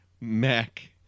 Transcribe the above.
Mac